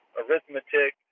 arithmetic